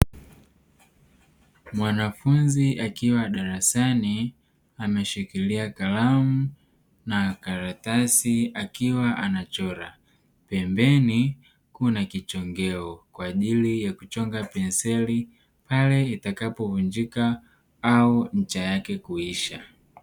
Mwanafunzi akiwa darasani ameshikilia kalamu na karatasi akiwa anachora pembeni kuna kichongeo kwa ajili ya kuchonga penseli pale itakapovunjika au ncha yake kuisha.